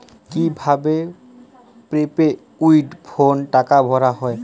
কি ভাবে প্রিপেইড ফোনে টাকা ভরা হয়?